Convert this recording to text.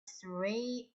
surrey